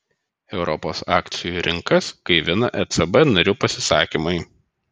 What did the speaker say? europos akcijų rinkas gaivina ecb narių pasisakymai